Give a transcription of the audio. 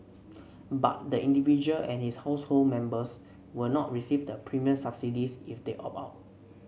but the individual and his household members will not receive the premium subsidies if they opt out